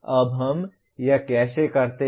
अब हम यह कैसे करते हैं